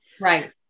right